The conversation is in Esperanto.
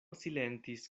silentis